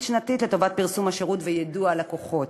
שנתית לטובת פרסום השירות ויידוע הלקוחות.